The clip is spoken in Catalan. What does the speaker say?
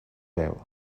veu